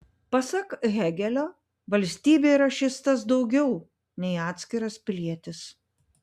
pasak hėgelio valstybė yra šis tas daugiau nei atskiras pilietis